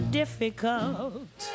difficult